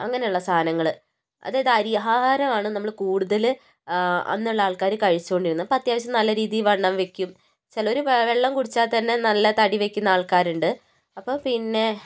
അങ്ങനെയുള്ള സാധനങ്ങൾ അതായത് അരി ആഹാരമാണ് നമ്മൾ കൂടുതൽ അന്നുള്ള ആൾക്കാർ കഴിച്ചുകൊണ്ടിരുന്നത് അപ്പം അത്യാവശ്യം നല്ല രീതിയിൽ വണ്ണം വയ്ക്കും ചിലർ വെള്ളം കുടിച്ചാൽ തന്നെ നല്ല തടി വയ്ക്കുന്ന ആൾക്കാരുണ്ട് അപ്പോൾ പിന്നെ